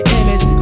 image